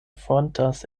fontas